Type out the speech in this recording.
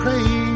pray